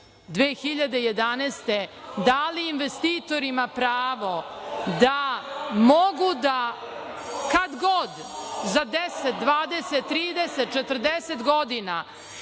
2011. godine dali investitorima pravo da mogu da, kad god, za 10, 20, 30, 40 godina,